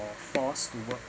or forced to work